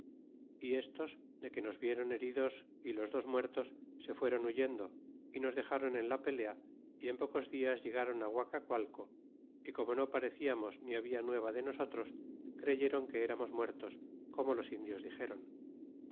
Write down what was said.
y estos de que nos viéron heridos é los dos muertos se fueron huyendo y nos dexron era la pelea y en pocos dias llegron guacacualeo y como no pareciamos ni habla nueva de nosotros crey éron que eramos muertos como los indios dixéron